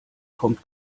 kommt